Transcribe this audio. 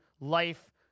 life